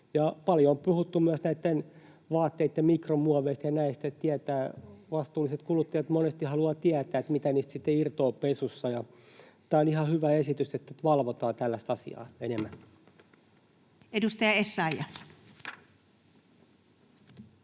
Paljon on puhuttu myös vaatteitten mikromuoveista ja näistä. Vastuulliset kuluttajat monesti haluavat tietää, mitä niistä sitten irtoaa pesussa. Tämä on ihan hyvä esitys, että valvotaan tällaista asiaa enemmän. [Speech 94]